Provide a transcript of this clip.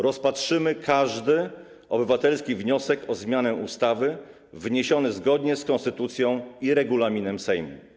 Rozpatrzymy każdy obywatelski wniosek o zmianę ustawy wniesiony zgodnie z konstytucją i regulaminem Sejmu.